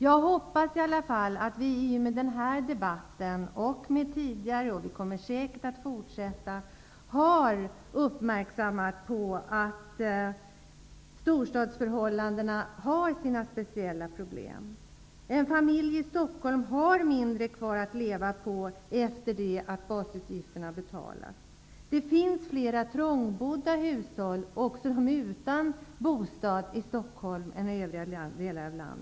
Jag hoppas att vi med denna debatt -- vi har haft liknande debatter tidigare och kommer säkert att ha det i framtiden -- har fäst uppmärksamheten på att storstadsförhållandena leder till speciella problem. En familj i Stockholm har mindre kvar att leva på efter det att basutgifterna har betalats än familjer i övriga delar av landet. Det finns flera trångbodda hushåll och personer utan bostad i Stockholm.